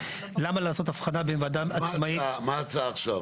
למה לעות הבחנה בין וועדה עצמאית --- מה ההצעה עכשיו?